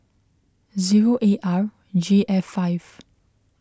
zero A R J F five